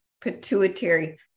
pituitary